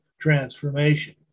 transformation